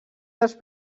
dels